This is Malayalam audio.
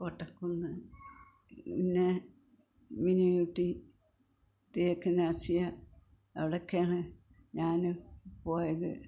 കോട്ടക്കുന്ന് പിന്നെ മിനി യൂട്ടി തേക്ക് നാസിയ അവിടെയൊക്കെയാണ് ഞാൻ പോയത്